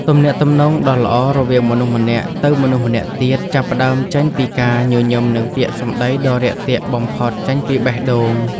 ទំនាក់ទំនងដ៏ល្អរវាងមនុស្សម្នាក់ទៅមនុស្សម្នាក់ទៀតចាប់ផ្តើមចេញពីការញញឹមនិងពាក្យសម្តីដ៏រាក់ទាក់បំផុតចេញពីបេះដូង។